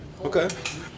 Okay